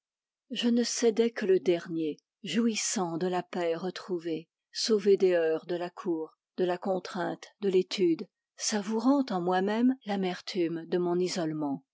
je ne cédais que le dernier jouissant de la paix retrouvée sauvé des heurts de la cour de la contraite de l'étude savourant en moi même l'amertume de mon isolement